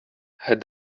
had